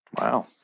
Wow